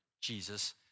Jesus